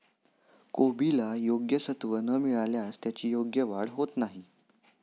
कोबीला योग्य सत्व न मिळाल्यास त्याची योग्य वाढ होत नाही